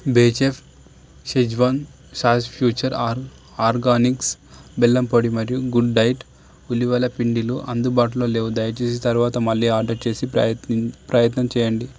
బేచెఫ్ Schezwan sauce Future R Organics బెల్లం పొడి మరియు గుడ్ డైట్ ఉలివల పిండిలు అందుబాటులో లేవు దయచేసి తరువాత మళ్ళీ ఆర్డర్ చేసి పరత్నిం ప్రయత్నం చేయండి